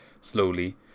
slowly